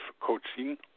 Coaching